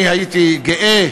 אני הייתי גאה